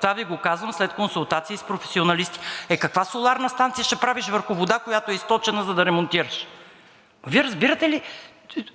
Това Ви го казвам след консултации с професионалисти. Е каква соларна станция ще правиш върху вода, която е източена, за да ремонтираш?! Вие разбирате ли